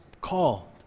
call